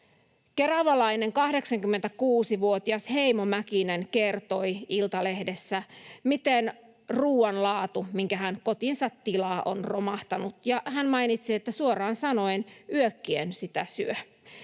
keravalainen 86-vuotias Heimo Mäkinen kertoi Iltalehdessä, miten ruoan laatu, minkä hän kotiinsa tilaa, on romahtanut. Hän mainitsi, että suoraan sanoen yökkien sitä syö.